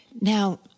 Now